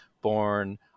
born